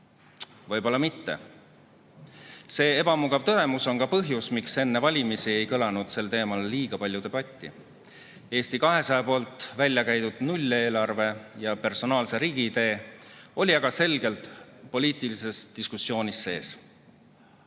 Võib-olla mitte? See ebamugav tõdemus on ka põhjus, miks enne valimisi ei kõlanud sel teemal liiga palju debatti. Eesti 200 välja käidud nulleelarve ja personaalse riigi idee oli aga selgelt poliitilises diskussioonis sees.